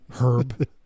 Herb